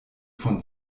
von